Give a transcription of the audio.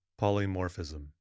Polymorphism